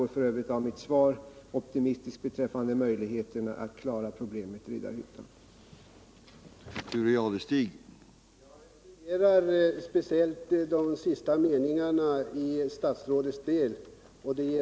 Det ger mig anledning att säga att vi är mycket glada över att vi får en positiv aktivitet för att rädda Riddarhyttan och dess sysselsättningsmöjligheter.